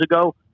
ago